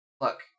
Look